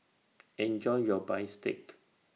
Enjoy your Bistake